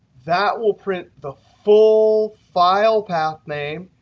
that will print the full file path name.